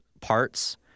parts